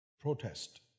protest